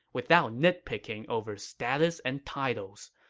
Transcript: without nitpicking over status and titles.